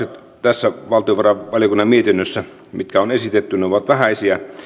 tässä valtiovarainvaliokunnan mietinnössä ovat vähäisiä